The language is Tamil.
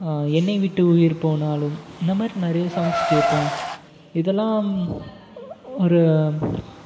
என்னை விட்டு உயிர் போனாலும் இந்த மாதிரி நிறைய சாங்ஸ் கேட்பேன் இதெல்லாம் ஒரு